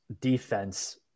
defense